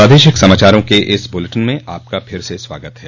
प्रादेशिक समाचारों के इस बुलेटिन में आपका फिर से स्वागत है